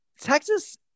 Texas